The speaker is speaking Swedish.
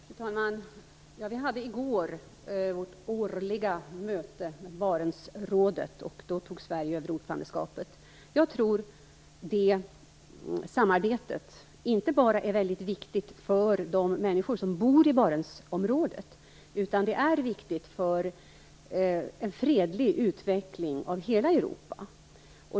Fru talman! Vi hade i går vårt årliga möte i Barentsrådet. Sverige tog då över ordförandeskapet. Jag tror att det samarbetet är väldigt viktigt, inte bara för de människor som bor i Barentsområdet utan det är också viktigt för en fredlig utveckling av hela Europa.